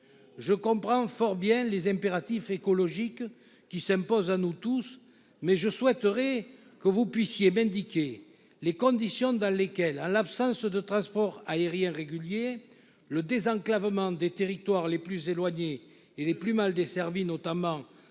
Je comprends fort bien les impératifs écologiques qui s'imposent à nous tous, mais je souhaite que vous m'indiquiez les conditions dans lesquelles, en l'absence de transports aériens réguliers, le désenclavement des territoires les plus éloignés et les plus mal desservis, notamment